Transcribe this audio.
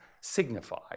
signify